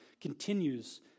continues